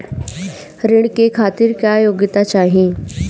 ऋण के खातिर क्या योग्यता चाहीं?